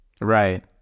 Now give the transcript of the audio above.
Right